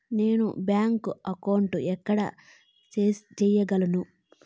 నేను bank account ఎక్కడ సేయగలను